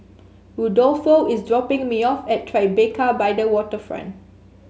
Rudolfo is dropping me off at Tribeca by the Waterfront